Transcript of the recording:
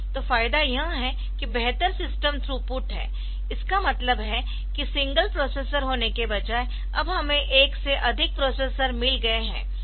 तो फायदा यह है कि बेहतर सिस्टम थ्रूपुट है जिसका मतलब है कि सिंगल प्रोसेसर होने के बजाय अब हमें एक से अधिक प्रोसेसर मिल गए है